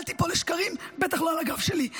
אל תיפול לשקרים, ובטח לא על הגב שלי.